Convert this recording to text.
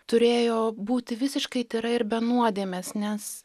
turėjo būti visiškai tyra ir be nuodėmės nes